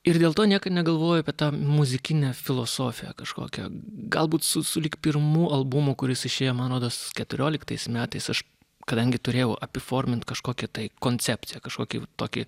ir dėl to niekad negalvoji apie tą muzikinę filosofiją kažkokią galbūt su sulig pirmu albumu kuris išėjo man rodos keturioliktais metais aš kadangi turėjau apiformint kažkokį tai koncepciją kažkokį tokį